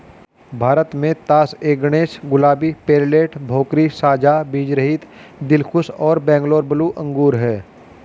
भारत में तास ए गणेश, गुलाबी, पेर्लेट, भोकरी, साझा बीजरहित, दिलखुश और बैंगलोर ब्लू अंगूर हैं